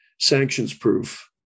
sanctions-proof